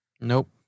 Nope